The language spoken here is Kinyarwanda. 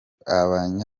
bakorera